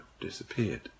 disappeared